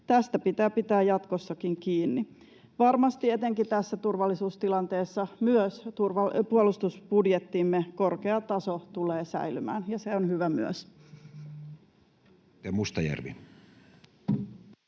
Tästä pitää pitää jatkossakin kiinni. Varmasti etenkin tässä turvallisuustilanteessa myös puolustusbudjettimme korkea taso tulee säilymään, ja se on hyvä myös.